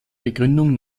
begründung